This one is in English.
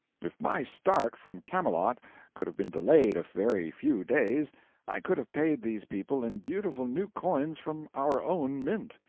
if my start from camelot could have been delayed a very few days i could have paid these people in beautiful new coins from our own mint,